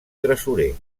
tresorer